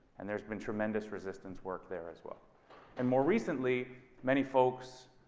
and there's been tremendous resistance work there as well and more recently, many folks,